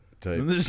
type